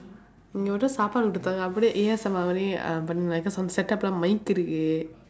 இங்கே மட்டும் சாப்பாடு கொடுத்தாங்க அப்படியே:ingkee matdum saapaadu koduththaangkee appadiyee A_S_M_R பண்ணி:panni set up எல்லாம்:ellaam mic இருக்கு:irukku